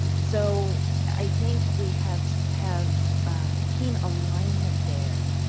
so, i think we have have keen alignment there,